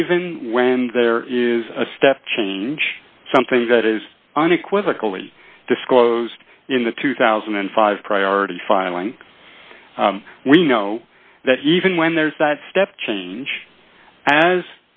even when there is a step change something that is unequivocally disclosed in the two thousand and five priority filing we know that even when there's that step change as